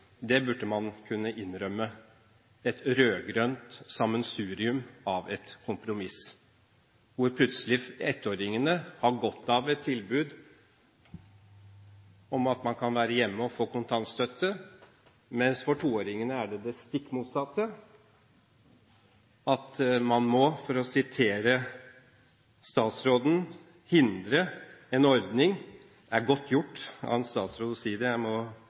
det burde man kunne innrømme – et rød-grønt sammensurium av et kompromiss, hvor ettåringene plutselig har godt av et tilbud om å være hjemme og få kontantstøtte, mens for toåringene er det det stikk motsatte, at man må, for å sitere statsråden, hindre en ordning – det er godt gjort av en statsråd å si det, jeg må